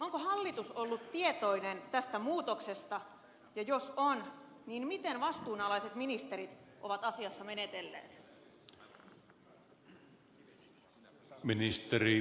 onko hallitus ollut tietoinen tästä muutoksesta ja jos on niin miten vastuunalaiset ministerit ovat asiassa menetelleet